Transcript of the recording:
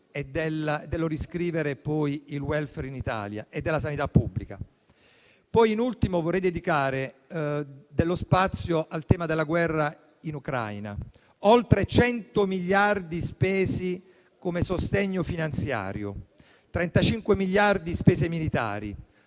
di riscrivere il *welfare* in Italia e della sanità pubblica. In ultimo, vorrei dedicare dello spazio al tema della guerra in Ucraina. Oltre 100 miliardi spesi come sostegno finanziario, 35 miliardi in spese militari.